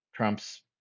Trump's